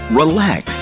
relax